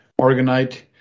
organite